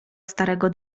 starego